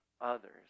others